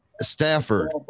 Stafford